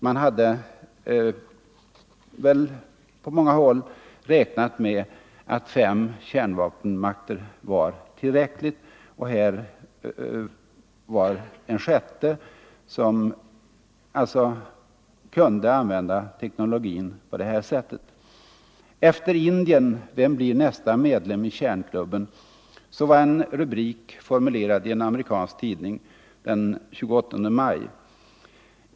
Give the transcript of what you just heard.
Man hade väl på många håll räknat med att fem kärnvapenmakter var tillräckligt och fem för mycket, och här visade det sig nu att en sjätte kunde använda denna teknologi. ”Efter Indien, vem blir nästa medlem i kärnklubben?” — så var en rubrik formulerad i en amerikansk tidning den 28 maj.